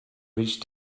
reached